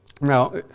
Now